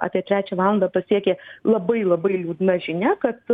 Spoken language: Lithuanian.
apie trečią valandą pasiekė labai labai liūdna žinia kad